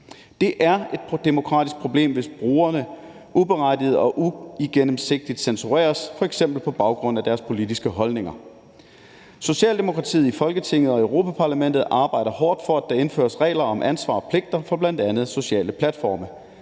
Det er et demokratisk problem, hvis brugerne uberettiget og uigennemsigtigt censureres, f.eks. på baggrund af deres politiske holdninger. Socialdemokratiet i Folketinget og Europa-Parlamentet arbejder hårdt for, at der indføres regler om ansvar og pligter for bl.a. sociale platforme.